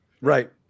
right